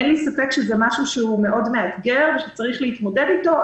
אין לי ספק שזה דבר מאתגר מאוד שצריך להתמודד איתו,